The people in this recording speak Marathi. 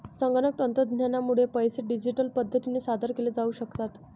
संगणक तंत्रज्ञानामुळे पैसे डिजिटल पद्धतीने सादर केले जाऊ शकतात